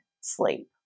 sleep